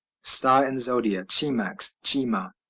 star in zodiac chimax chimah.